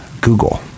google